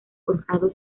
forjado